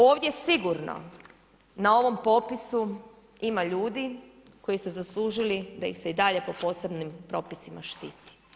Ovdje sigurno n ovom popisu ima ljudi koji su zaslužili da im se i dalje po posebnim propisima štiti.